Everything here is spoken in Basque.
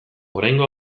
oraingo